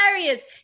hilarious